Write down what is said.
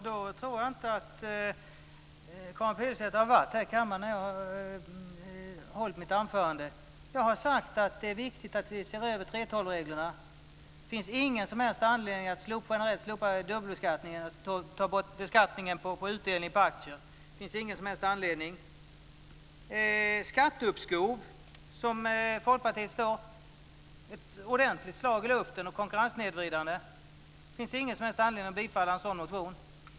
Herr ordförande! Det verkar som om Karin Pilsäter inte var här i kammaren när jag höll mitt anförande. Jag har sagt att det är viktigt att vi ser över 3:12 reglerna. Det finns ingen som helst anledning att slopa dubbelbeskattningen och att ta bort beskattningen på aktieutdelningar. Skatteuppskov, som Folkpartiet vill genomföra, är ett ordentligt slag i luften och verkar konkurrenssnedvridande. Det finns ingen som helst anledning att bifalla en motion om detta.